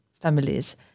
families